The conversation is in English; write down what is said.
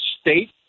state